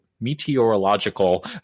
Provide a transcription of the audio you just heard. meteorological